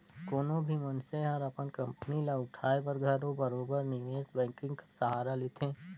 कोनो भी मइनसे हर अपन कंपनी ल उठाए बर घलो बरोबेर निवेस बैंकिंग कर सहारा लेथे